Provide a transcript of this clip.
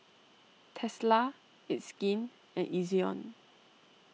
Tesla It's Skin and Ezion